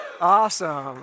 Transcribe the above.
Awesome